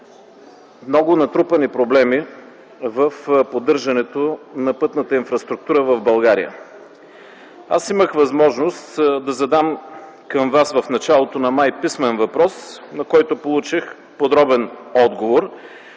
много натрупани проблеми в поддържането на пътната инфраструктура в България. Аз имах възможност да задам към Вас в началото на м. май т.г. писмен въпрос, на който получих подробен отговор.